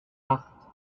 acht